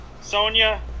Sonia